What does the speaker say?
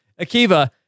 Akiva